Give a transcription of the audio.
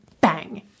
bang